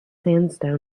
sandstone